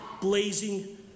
blazing